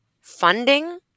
funding